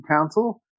Council